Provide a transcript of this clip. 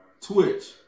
Twitch